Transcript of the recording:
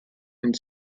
and